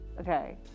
Okay